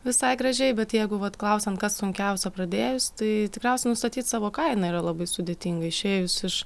visai gražiai bet jeigu vat klausiant kas sunkiausia pradėjus tai tikriausiai nustatyti savo kainą yra labai sudėtinga išėjus iš